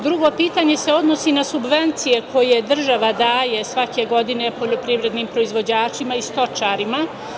Drugo pitanje se odnosi na subvencije koje država daje svake godine poljoprivrednim proizvođačima i stočarima.